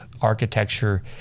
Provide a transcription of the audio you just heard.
Architecture